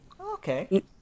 Okay